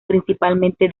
principalmente